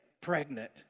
pregnant